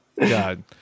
God